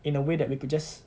in a way that we could just